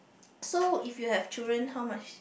so if you have children how much